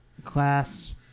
Class